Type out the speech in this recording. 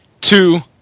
two